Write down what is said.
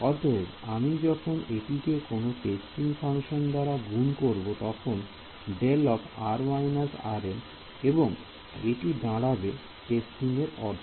অতএব আমি যখন এটিকে কোন টেস্টিং ফাংশন দাঁড়া গুন করব তখন δr − এবং এটি দাঁড়াবে টেস্টিং এর অর্থ